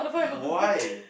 why